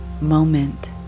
moment